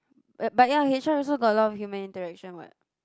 uh but ya H_R also got a lot of human interaction what